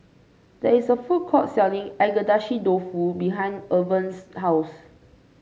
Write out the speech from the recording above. there is a food court selling Agedashi Dofu behind Irven's house